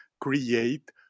create